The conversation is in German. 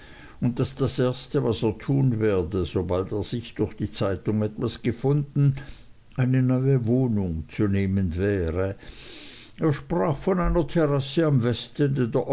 und daß das erste was er tun werde sobald sich etwas durch die zeitung gefunden eine neue wohnung zu nehmen wäre er sprach von einer terrasse am westende